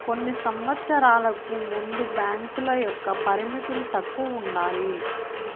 కొన్ని సంవచ్చరాలకు ముందు బ్యాంకుల యొక్క పరిమితులు తక్కువ ఉండాలి